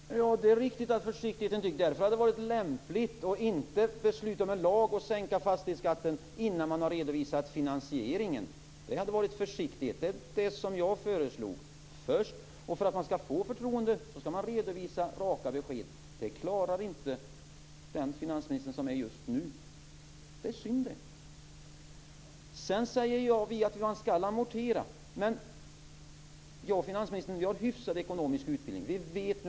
Herr talman! Det är riktigt att försiktighet är en dygd. Därför hade det varit lämpligt att inte besluta om en lag och sänka fastighetsskatten innan man har redovisat finansieringen. Det hade varit försiktighet. Det är det som jag föreslog. För att man skall få förtroende skall man redovisa raka besked. Det klarar inte den finansminister vi har just nu. Det är synd. Man skall amortera. Vi har hyfsad ekonomisk utveckling, finansministern.